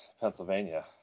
Pennsylvania